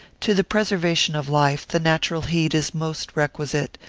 to the preservation of life the natural heat is most requisite,